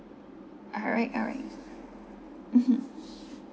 alright alright mmhmm